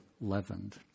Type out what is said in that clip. leavened